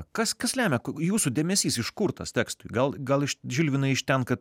kas kas lemia jūsų dėmesys iš kur tas tekstui gal gal žilvinai iš ten kad